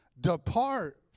Depart